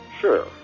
Sure